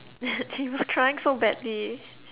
then he was crying so badly